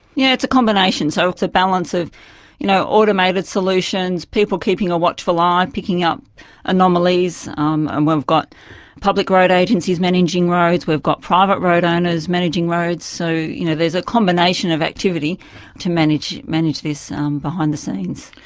yeah it's a combination, so it's a balance of you know automated solutions, people keeping a watchful eye, ah and picking up anomalies, um and we've got public road agencies managing roads, we've got private road owners managing roads. so you know there's a combination of activity to manage manage this behind the scenes.